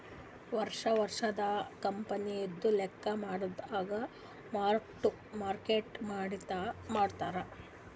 ವರ್ಷಾ ವರ್ಷಾ ಕಂಪನಿದು ಲೆಕ್ಕಾ ಮಾಡಾಗ್ ಮಾರ್ಕ್ ಟು ಮಾರ್ಕೇಟ್ ಮಾಡೆ ಮಾಡ್ತಾರ್